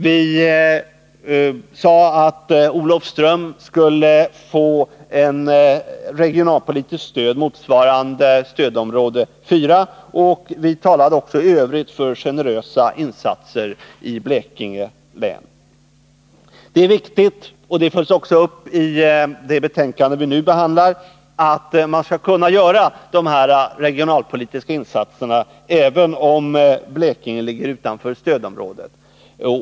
Vi sade att Olofström skulle få ett regionalpolitiskt stöd motsvarande stödområde 4, och vi talade även i övrigt för generösa insatser i Blekinge län. Det är viktigt, vilket också följs upp i det betänkande vi nu behandlar, att sådana här regionalpolitiska insatser kan göras även om Blekinge ligger utanför stödområdet.